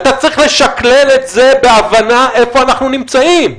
אתה צריך לשכלל את זה בהבנה איפה אנחנו נמצאים.